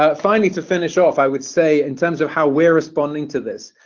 ah finally, to finish off, i would say in terms of how we're responding to this,